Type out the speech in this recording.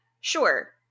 sure